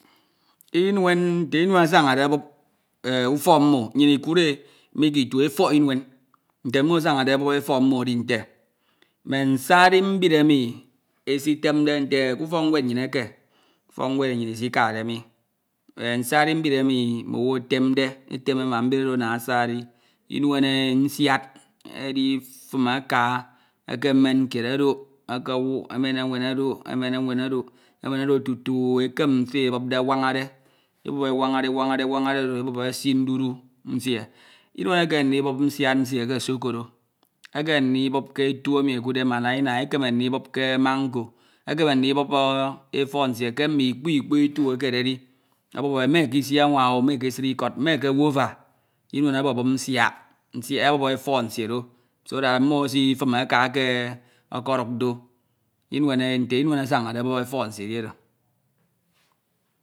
inuen. nte inuen asanade abup ufok mmo inyun ikud e mi ke itu. efok inuen. nte nno asanade abup efok mmo edi nte. mme nsari mbid emi esitemde nte ke ufok nwed nnyin eke. ufok nwed isikade. enh nsari mbid emi mm'owu afanade. etem ama mbid oro ana asari. inem nsiad editim aka ekwen kied odok. okowuk emen enwen odok. emen ewen odok emen odok tutu u ekkem se e ebudpe anwanade ibup ewanade. ewanade. emenade odo esi ndudu nsie. inuen ekome ndibup nsiad nsie ke osokoro. ekeme ndibup ke etu emi ekuddebmalina. ekeme ndibup ke mangoe. ekeme ndibup efok nsie ke mme ikpo ikpo etu ekededi abup e me k'isi anwa owu. me ke esid ikod me ke wova. inuen ababup nsiad efok nsie do so that mmo esifin aka akoduk do. inuen e nte inuen asanade abup efok nsie edi oro.